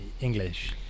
english